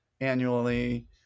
annually